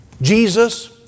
Jesus